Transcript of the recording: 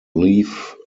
leave